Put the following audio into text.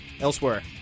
elsewhere